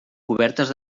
cobertes